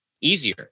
easier